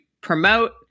promote